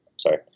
sorry